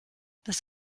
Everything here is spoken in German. das